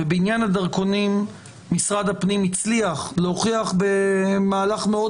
ובעניין הדרכונים משרד הפנים הצליח להוכיח במהלך מאוד